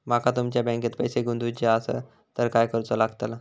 माका तुमच्या बँकेत पैसे गुंतवूचे आसत तर काय कारुचा लगतला?